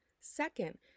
Second